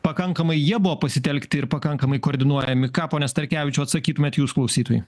pakankamai jie buvo pasitelkti ir pakankamai koordinuojami ką pone starkevičiau atsakytumėt jūs klausytojui